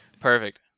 Perfect